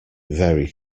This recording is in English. very